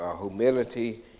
humility